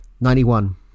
Ninety-one